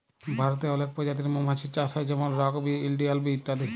ভারতে অলেক পজাতির মমাছির চাষ হ্যয় যেমল রক বি, ইলডিয়াল বি ইত্যাদি